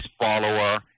follower